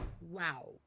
Wow